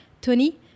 Tony